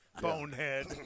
bonehead